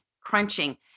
crunching